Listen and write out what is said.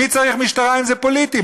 מי צריך משטרה אם זה פוליטי?